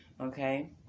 okay